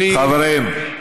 חברים,